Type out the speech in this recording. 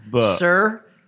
Sir